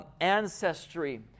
ancestry